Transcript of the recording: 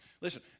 Listen